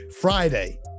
Friday